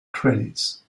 credits